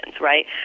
right